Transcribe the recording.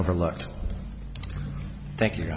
overlooked thank you